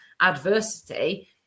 adversity